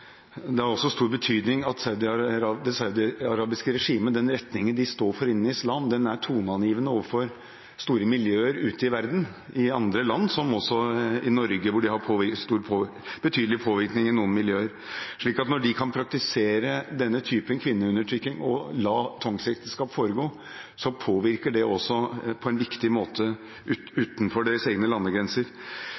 stor betydning at den retningen det saudiarabiske regimet står for innen islam, er toneangivende for store miljøer ute i verden. I andre land, som Norge, har dette betydelig påvirkning på noen miljøer. Når de praktiserer denne typen kvinneundertrykking og lar tvangsekteskap foregå, påvirker det på en viktig måte